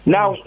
Now